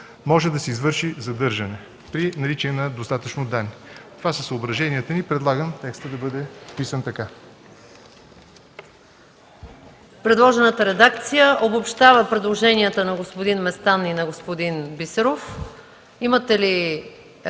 може да се извърши задържане при наличие на достатъчно данни. Това са съображенията ни и предлагам текстът да бъде вписан така.